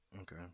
Okay